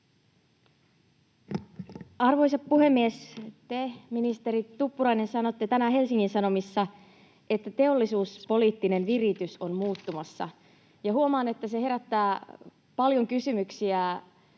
Arvoisa puhemies! Te, ministeri Tuppurainen, sanoitte tänään Helsingin Sanomissa, että teollisuuspoliittinen viritys on muuttumassa, ja huomaan, että se herättää paljon kysymyksiä